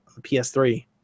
ps3